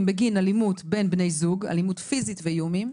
בגין אלימות בין בני זוג אלימות פיזית ואיומים.